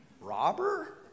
Robber